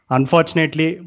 Unfortunately